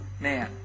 man